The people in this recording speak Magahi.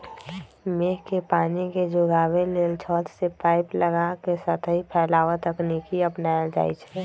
मेघ के पानी के जोगाबे लेल छत से पाइप लगा के सतही फैलाव तकनीकी अपनायल जाई छै